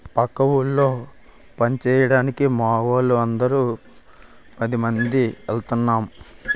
పక్క ఊళ్ళో పంచేయడానికి మావోళ్ళు అందరం పదిమంది ఎల్తన్నం